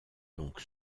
donc